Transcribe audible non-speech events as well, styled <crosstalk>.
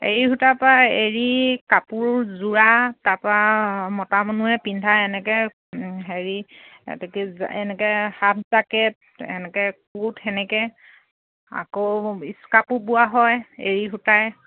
এৰী সূতাৰপৰা এৰী কাপোৰ জোৰা তাৰপৰা মতা মানুহে পিন্ধা এনেকৈ হেৰি এইটো কি <unintelligible> এনেকৈ হাফ জেকেট এনেকৈ কোট সেনেকৈ আকৌ ইস্কাৰ্ফও বোৱা হয় এৰী সূতাৰে